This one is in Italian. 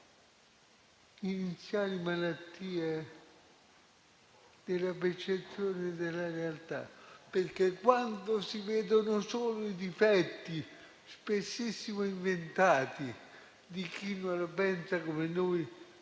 iniziali malattie della percezione della realtà. Quando si vedono solo i difetti, spessissimo inventati di chi non la pensa come noi,